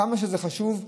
וכמה שזה חשוב,